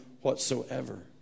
whatsoever